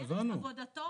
במסגרת עבודתו.